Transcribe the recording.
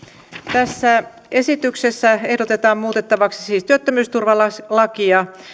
tässä esityksessä ehdotetaan muutettavaksi siis työttömyysturvalakia